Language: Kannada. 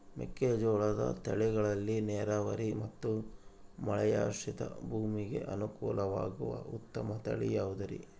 ಮೆಕ್ಕೆಜೋಳದ ತಳಿಗಳಲ್ಲಿ ನೇರಾವರಿ ಮತ್ತು ಮಳೆಯಾಶ್ರಿತ ಭೂಮಿಗೆ ಅನುಕೂಲವಾಗುವ ಉತ್ತಮ ತಳಿ ಯಾವುದುರಿ?